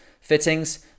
fittings